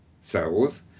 cells